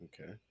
Okay